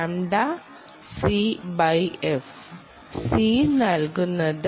c നൽകുന്നത്